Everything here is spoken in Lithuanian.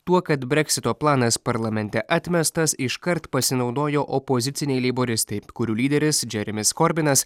tuo kad breksito planas parlamente atmestas iškart pasinaudojo opoziciniai leiboristai kurių lyderis džeremis korbinas